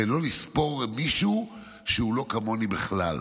לא לספור מישהו שהוא לא כמוני בכלל,